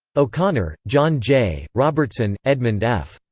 o'connor, john j. robertson, edmund f,